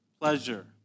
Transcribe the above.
pleasure